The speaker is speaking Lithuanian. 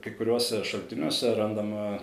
kai kuriuose šaltiniuose randama